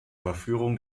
überführung